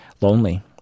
lonely